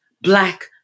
Black